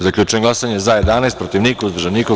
Zaključujem glasanje: za – 11, protiv – niko, uzdržanih – nema.